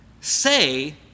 say